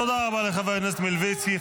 תודה רבה לחבר הכנסת מלביצקי.